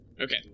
okay